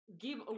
give